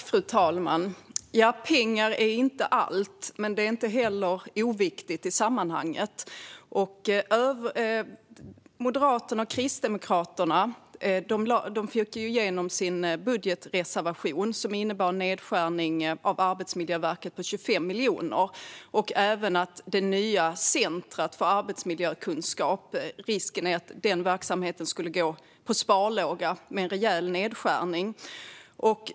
Fru talman! Nej, pengar är inte allt, men det är heller inte oviktigt i sammanhanget. Moderaterna och Kristdemokraterna fick igenom sin budgetreservation, som innebar nedskärningar på 25 miljoner för Arbetsmiljöverket och risken att det nya centret för arbetsmiljökunskap skulle gå på sparlåga på grund av en rejäl nedskärning.